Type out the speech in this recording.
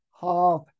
half